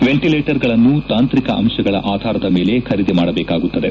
ವೆಂಟಲೇಟರ್ಗಳನ್ನು ತಾಂತ್ರಿಕ ಅಂಶಗಳ ಆಧಾರದ ಮೇಲೆ ಖರೀದಿ ಮಾಡಬೇಕಾಗುತ್ತದೆ